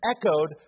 echoed